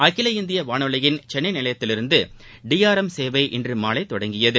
அகில இந்திய வானொலியின் சென்னை நிலையத்திவிருந்து டி ஆர் எம் சேவை இன்று மாலை முதல் தொடங்கியது